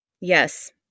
Yes